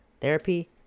Therapy